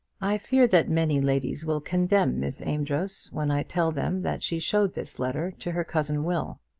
i fear that many ladies will condemn miss amedroz when i tell them that she showed this letter to her cousin will.